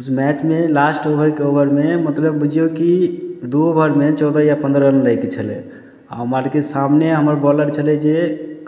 उस मैचमे लास्ट ओभरके ओभरमे मतलब बुझियौ कि दू ओभरमे चौदह या पंद्रह रन लैके छलै हमरा आरके सामने हमर बॉलर छलै जे